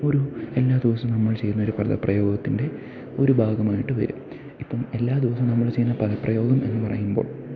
ഒരു എല്ലാ ദിവസവും നമ്മൾ ചെയ്യുന്ന ഒരു പദപ്രയോഗത്തിൻ്റെ ഒരു ഭാഗമായിട്ട് വരും ഇപ്പം എല്ലാ ദിവസവും നമ്മൾ ചെയ്യുന്ന പദപ്രയോഗം എന്നു പറയുമ്പോൾ